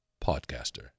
podcaster